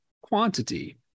quantity